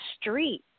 street